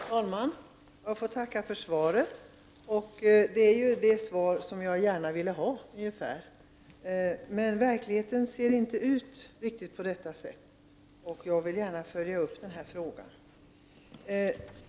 Herr talman! Jag tackar för svaret. Det var ungefär det svar som jag ville ha. Men verkligheten ser inte riktigt ut på det här sättet, och därför vill jag följa upp denna fråga.